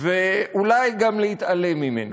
ואולי גם להתעלם ממנה.